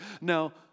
Now